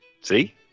See